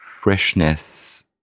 freshness